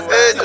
Hey